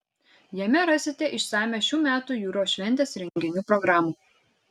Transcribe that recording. jame rasite išsamią šių metų jūros šventės renginių programą